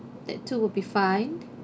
that two will be fine